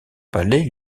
palais